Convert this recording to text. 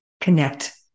connect